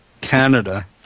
Canada